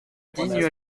digne